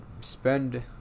spend